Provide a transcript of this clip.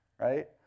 right